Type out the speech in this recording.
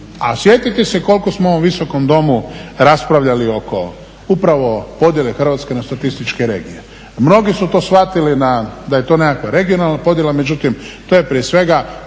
A sjetite se koliko smo u ovom Visokom domu raspravljali oko upravo podjele Hrvatske na statističke regije. Mnogi su to shvatili da je to nekakva regionalna podjela, međutim to je prije svega